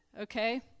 Okay